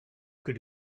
could